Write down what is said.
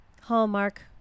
hallmark